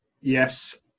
yes